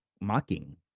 mocking